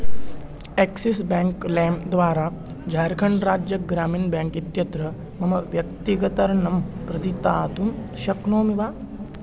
axis bank लैम् द्वारा जार्खण्ड् राज्यग्रामिण् बेङ्क् इत्यत्र मम व्यक्तिगतऋणं प्रतिदातुं शक्नोमि वा